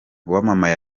wamamaye